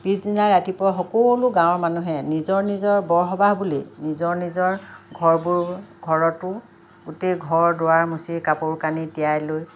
পিছদিনা ৰাতিপুৱাই সকলো গাঁৱৰ মানুহে নিজৰ নিজৰ বৰসবাহ বুলি নিজৰ নিজৰ ঘৰবোৰ ঘৰতো গোটেই ঘৰ দুৱাৰ মচি কাপোৰ কানি তিয়াই লৈ